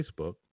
Facebook